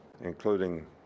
including